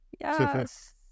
yes